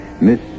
Miss